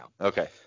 Okay